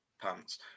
pants